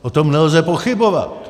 O tom nelze pochybovat.